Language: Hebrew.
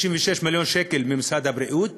36 מיליון שקל ממשרד הבריאות